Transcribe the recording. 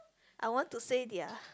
I want to say their